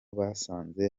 basanze